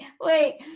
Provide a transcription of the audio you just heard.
wait